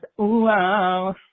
Ooh-wow